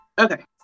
Okay